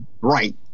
right